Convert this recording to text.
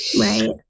right